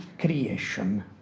creation